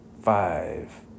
five